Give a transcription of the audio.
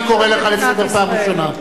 אני קורא אותך לסדר פעם ראשונה.